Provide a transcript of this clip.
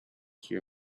hear